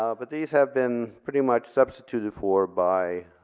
ah but these have been pretty much substituted for by